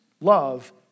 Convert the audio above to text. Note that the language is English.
love